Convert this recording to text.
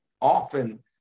often